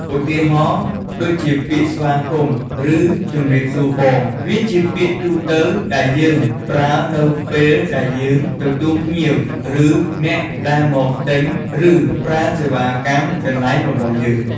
ឧទាហរណ៍ ដូចជាពាក្យស្វាគមន៍ ឬជម្រាបសួរបង វាជាពាក្យទូទៅដែលយើងប្រើនៅពេលដែលយើងទទួលភ្ញៀវ ឬអ្នកដែលមកទិញ ឬប្រើសេវាកម្មកន្លែងរបស់យើង។